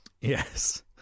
Yes